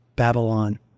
Babylon